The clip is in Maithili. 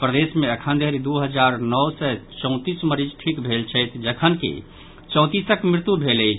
प्रदेश मे अखनधरि दू हजार नओ सय चौंतीस मरीज ठीक भेल छथि जखनकि चौंतिसक मृत्यु भेल अछि